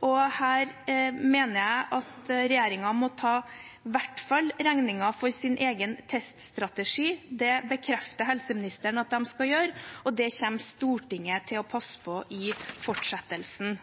Her mener jeg at regjeringen må ta regningen i hvert fall for sin egen teststrategi. Det bekrefter helseministeren at de skal gjøre, og det kommer Stortinget til å passe på i fortsettelsen.